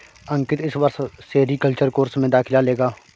अंकित इस वर्ष sericulture course में दाखिला लेगा